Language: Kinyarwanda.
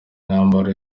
myambaro